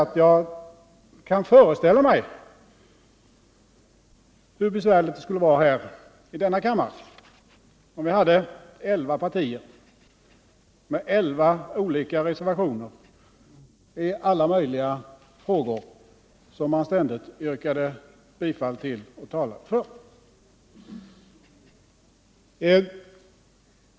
Jag kan föreställa mig hur besvärligt det skulle vara här i denna kammare, om vi hade elva partier med elva olika reservationer i alla möjliga frågor som man ständigt yrkade bifall till och talade för.